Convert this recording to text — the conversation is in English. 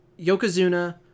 yokozuna